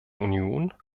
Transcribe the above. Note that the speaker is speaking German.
union